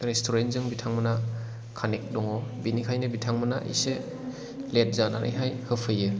restaurant जों बिथांमोना connect दङ बेनिखायनो बिथांमोना एसे लेट जानानैहाय होफैयो